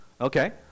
okay